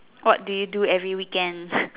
what do you do every weekends